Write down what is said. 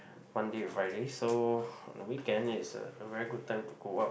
Monday to Friday so a weekend is a very good time to go out